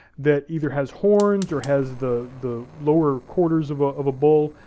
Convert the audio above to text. that either has horns or has the the lower quarters of ah of a bull,